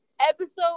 episode